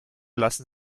lassen